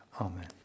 Amen